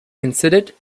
considered